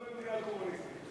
אנחנו לא במדינה קומוניסטית.